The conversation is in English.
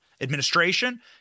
administration